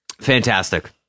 fantastic